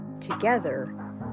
Together